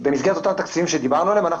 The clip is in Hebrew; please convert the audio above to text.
במסגרת אותם התקציבים שדיברנו עליהם אנחנו